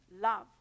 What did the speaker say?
love